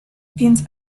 więc